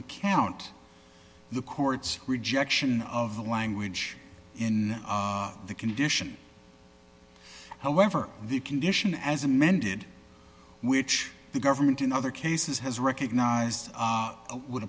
account the court's rejection of the language in the condition however the condition as amended which the government in other cases has recognized would